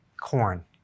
Corn